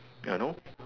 ya no